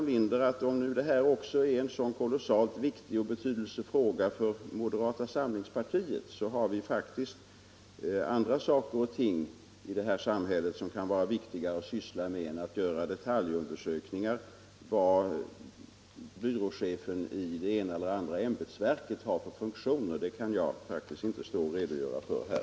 Även om detta, herr Burenstam Linder, är en synnerligen viktig och betydelsefull fråga för moderata samlingspartiet finns det faktiskt viktigare saker att syssla med i vårt samhälle än att göra en detaljerad undersökning av vad byråchefen i det ena eller andra ämbetsverket har för funktioner. Det kan jag inte stå och redogöra för här.